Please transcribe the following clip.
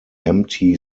empty